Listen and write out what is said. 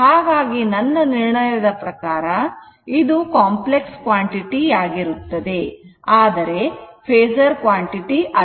ಹಾಗಾಗಿ ನನ್ನ ನಿರ್ಣಯ ಪ್ರಕಾರ ಇದು ಕಾಂಪ್ಲೆಕ್ಸ್ ಪ್ರಮಾಣ ಆಗಿರುತ್ತದೆ ಆದರೆ ಫೇಸರ್ ಪ್ರಮಾಣ ಅಲ್ಲ